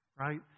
Right